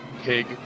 pig